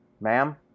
Ma'am